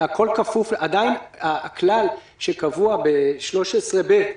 עדיין הכלל שקבוע ב-13(ב),